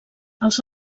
els